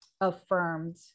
affirmed